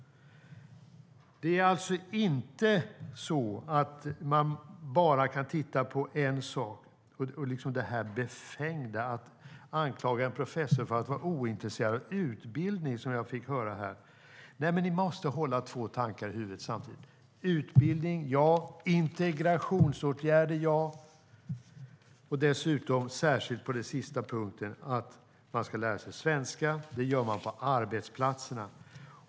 Det är inte så att man bara kan titta på en sak. Det är helt befängt att anklaga en professor för att vara ointresserad av utbildning, som jag fick höra här. Men ni måste hålla två tankar i huvudet samtidigt. Utbildning - ja, integrationsåtgärder - ja. Det är särskilt viktigt att lära sig svenska. Det gör man på arbetsplatserna.